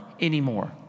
anymore